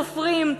סופרים,